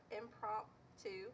impromptu